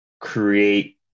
create